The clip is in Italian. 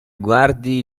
guardi